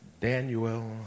Daniel